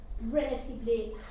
relatively